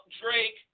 Drake